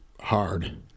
hard